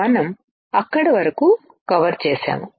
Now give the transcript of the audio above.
మనంఅక్కడ వరకు కవర్చేసాము